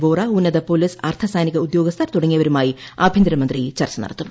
വോഹ്റ ഉന്നത പോലീസ് അർദ്ധ സൈനിക ഉദ്യോഗസ്ഥർ തുടങ്ങിയവരുമായി ആഭ്യന്തരമന്ത്രി ചർച്ച നടത്തും